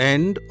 End